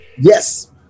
yes